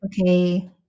okay